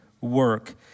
work